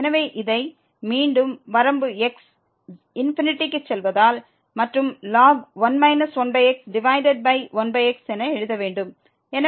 எனவே இதை மீண்டும் வரம்பு x ∞ க்கு செல்வதால் மற்றும் ln 1 1x divided by 1x என எழுத வேண்டும்